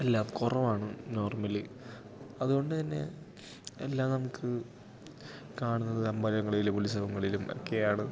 എല്ലാം കുറവാണ് നോർമ്മലി അതുകൊണ്ട് തന്നെ എല്ലാം നമുക്ക് കാണുന്നത് അമ്പലങ്ങളിലും ഉത്സവങ്ങളിലും ഒക്കെയാണ്